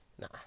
nah